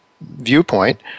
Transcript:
viewpoint